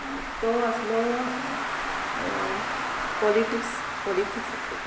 तो आसलो politics politics subject